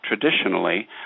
traditionally